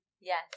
Yes